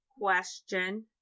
question